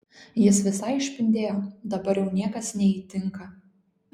jis visai išpindėjo dabar jau niekas neįtinka